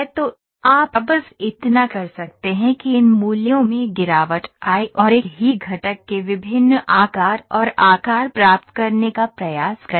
तो आप बस इतना कर सकते हैं कि इन मूल्यों में गिरावट आए और एक ही घटक के विभिन्न आकार और आकार प्राप्त करने का प्रयास करें